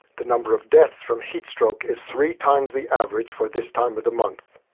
the number of deaths from heat stroke is three times the average for this time of the month.